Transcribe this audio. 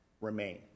remain